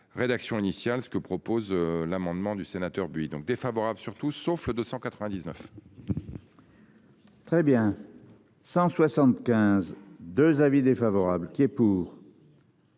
Rédaction initiale, ce que propose l'amendement du sénateur Buy donc défavorable sur tout sauf le 299. Très bien. 175 2. Avis défavorable qui est pour.